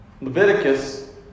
Leviticus